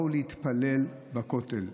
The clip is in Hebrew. באו להתפלל בכותל.